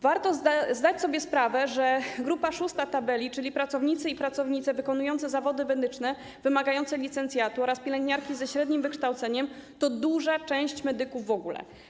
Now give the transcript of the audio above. Warto zdać sobie sprawę, że szósta grupa w tabeli, czyli pracownicy i pracownice wykonujące zawody medyczne wymagające licencjatu oraz pielęgniarki ze średnim wykształceniem, to duża część medyków w ogóle.